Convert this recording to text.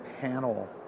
panel